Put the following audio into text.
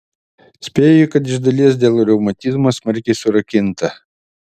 spėju kad iš dalies dėl reumatizmo smarkiai surakinta